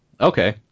Okay